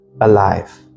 alive